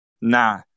nah